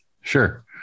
Sure